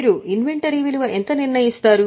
మీరు ఇన్వెంటరీ విలువ ఎంత నిర్ణయిస్తారు